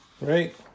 right